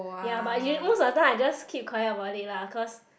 ya but usu~ most of the time I just keep quiet about it lah cause